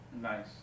Nice